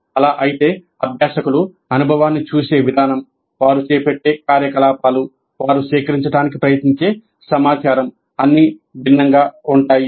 అలా అయితే అభ్యాసకులు అనుభవాన్ని చూసే విధానం వారు చేపట్టే కార్యకలాపాలు వారు సేకరించడానికి ప్రయత్నించే సమాచారం అన్నీ భిన్నంగా ఉంటాయి